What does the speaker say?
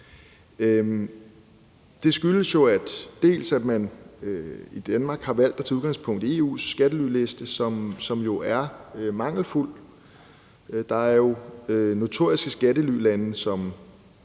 Det skyldes jo, at man i Danmark har valgt at tage udgangspunkt i EU's skattelyliste, som er mangelfuld. Der er notoriske skattelylande,